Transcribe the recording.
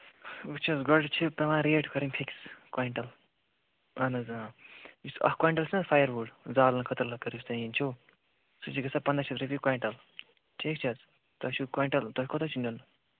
وٕچھ حظ گۄڈٕ چھِ پٮ۪وان ریٹ کَرٕنۍ فِکِس کَویِنٛٹل اہن حظ آ یُس اَکھ کویِنٛٹل چھُ نہٕ حظ فَیَر وُڈ زالنہٕ خٲطرٕ لٔکٕر یُس تۄہہِ ہیٚنۍ چھُو سُہ چھُ گَژھان پنٛداہ شَتھ رۄپیہِ کویِنٛٹل ٹھیٖک چھِ حظ تۄہہِ چھُو کویِنٛٹل تۄہہِ کوتاہ چھِ نیُن